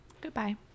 Goodbye